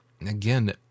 again